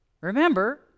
remember